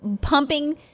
pumping